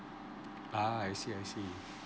ah I see I see